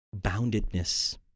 boundedness